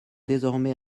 désormais